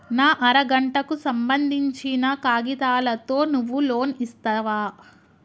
నా అర గంటకు సంబందించిన కాగితాలతో నువ్వు లోన్ ఇస్తవా?